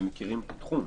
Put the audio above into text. הם מכירים את התחום.